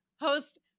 host